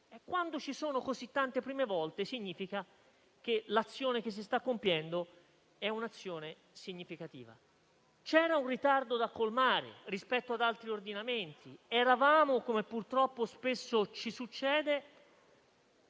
Quando ci sono così tante "prime volte" significa che l'azione che si sta compiendo è significativa. C'era un ritardo da colmare rispetto ad altri ordinamenti. Eravamo, come purtroppo spesso ci succede,